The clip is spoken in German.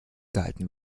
gehalten